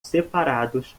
separados